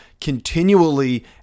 continually